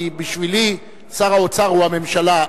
כי בשבילי שר האוצר הוא הממשלה.